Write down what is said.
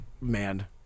man